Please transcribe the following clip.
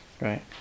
right